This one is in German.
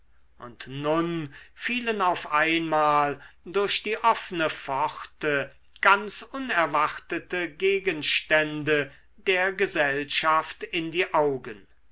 und nun fielen auf einmal durch die offne pforte ganz unerwartete gegenstände der gesellschaft in die augen